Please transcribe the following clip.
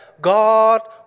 God